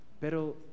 Pero